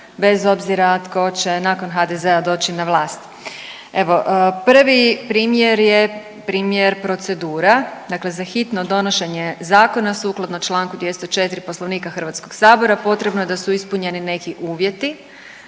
bez obzira tko će nakon HDZ-a doći na vlast. Evo prvi primjer je primjer procedura. Dakle, za hitno donošenje zakona sukladno članku 204. Poslovnika Hrvatskog sabora potrebno je da su ispunjeni neki uvjeti.